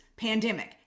Pandemic